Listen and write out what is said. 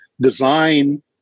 design